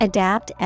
Adapt